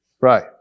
Right